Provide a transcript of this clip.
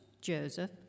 Joseph